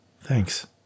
Thanks